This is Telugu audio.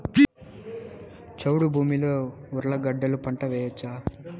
చౌడు భూమిలో ఉర్లగడ్డలు గడ్డలు పంట వేయచ్చా?